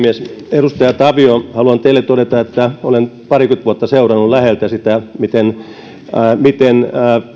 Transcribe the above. edustaja tavio haluan teille todeta että olen parikymmentä vuotta seurannut läheltä sitä miten miten